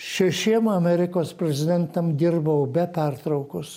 šešiem amerikos prezidentam dirbau be pertraukos